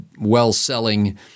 well-selling